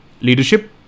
leadership